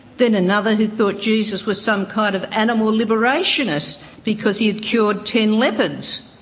then another who thought jesus was some kind of animal liberationist because he had cured ten leopards.